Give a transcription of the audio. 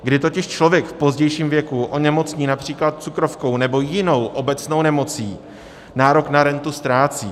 Když totiž člověk v pozdějším věku onemocní například cukrovkou nebo jinou obecnou nemocí, nárok na rentu ztrácí.